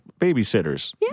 babysitters